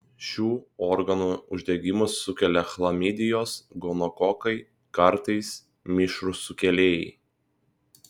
šių organų uždegimus sukelia chlamidijos gonokokai kartais mišrūs sukėlėjai